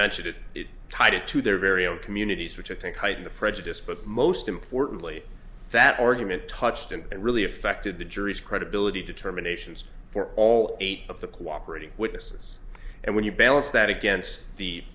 mentioned it tied it to their very own communities which i think heighten the prejudice but most importantly that argument touched and really affected the jury's credibility determinations for all eight of the cooperating witnesses and when you balance that against the